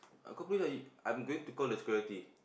I call police I'm going to call the security